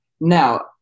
Now